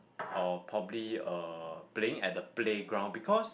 or probably uh playing at the playground because